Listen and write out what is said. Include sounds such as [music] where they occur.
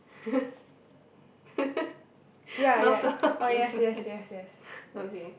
[laughs] north south east west okay